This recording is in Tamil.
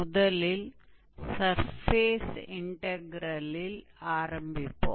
முதலில் சர்ஃபேஸ் இன்டக்ரெல்லில் ஆரம்பிப்போம்